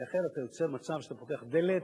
כי אחרת אתה יוצר מצב שאתה פותח דלת